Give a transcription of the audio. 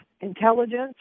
intelligence